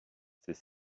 c’est